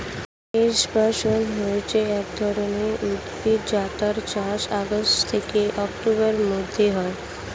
hemp বা শণ হচ্ছে এক ধরণের উদ্ভিদ যেটার চাষ আগস্ট থেকে অক্টোবরের মধ্যে হয়